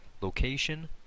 location